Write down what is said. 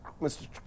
Mr